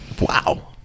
Wow